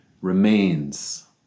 remains